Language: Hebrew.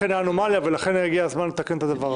לכן הגיע הזמן לתקן את הדבר הזה.